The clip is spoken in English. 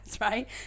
right